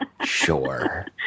Sure